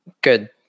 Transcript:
good